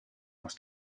aus